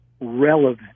relevant